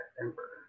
Emperor